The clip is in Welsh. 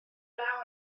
law